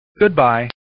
Goodbye